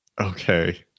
okay